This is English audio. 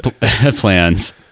plans